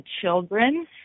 children